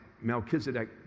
Melchizedek